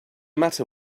matter